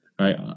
right